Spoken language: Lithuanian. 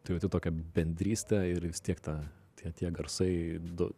tu jauti tokią bendrystę ir vis tiek tą tie tie garsai du